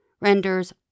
renders